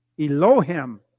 Elohim